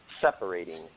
separating